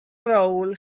rôl